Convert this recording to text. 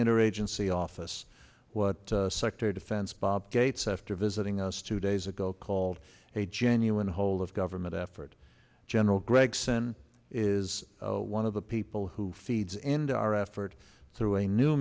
interagency office what sector defense bob gates after visiting us two days ago called a genuine whole of government effort gen gregson is one of the people who feeds into our effort through a new